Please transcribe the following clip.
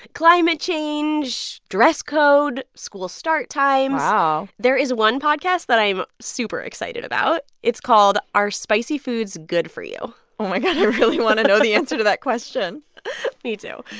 climate change, dress code, school start times wow there is one podcast that i'm super excited about. it's called are spicy foods good for you? oh, my god. i really want to know the answer to that question me, too.